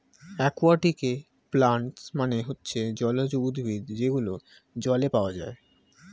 একুয়াটিকে প্লান্টস মানে হচ্ছে জলজ উদ্ভিদ যেগুলো জলে পাওয়া যায়